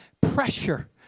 Pressure